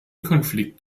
konflikt